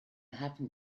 happened